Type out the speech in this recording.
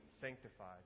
sanctified